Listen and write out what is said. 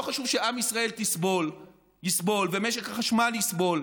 לא חשוב שעם ישראל יסבול ומשק החשמל יסבול,